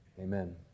Amen